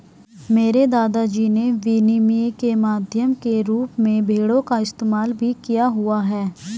मेरे दादा जी ने विनिमय के माध्यम के रूप में भेड़ों का इस्तेमाल भी किया हुआ है